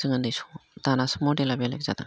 जों उन्दै समाव दानासो मडेला बेलेग जादों